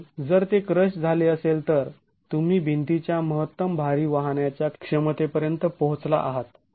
आणि जर ते क्रश झाले असेल तर तुम्ही भिंतीच्या महत्तम भार वाहण्याच्या क्षमतेपर्यंत पोहोचला आहात